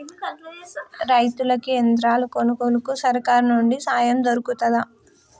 రైతులకి యంత్రాలు కొనుగోలుకు సర్కారు నుండి సాయం దొరుకుతదా?